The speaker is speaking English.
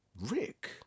Rick